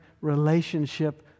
relationship